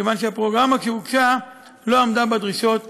כיוון שהפרוגרמה שהוגשה לא עמדה בדרישות התכנוניות.